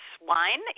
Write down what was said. Wine